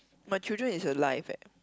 my children is a life eh